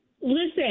Listen